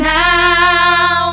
now